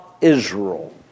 Israel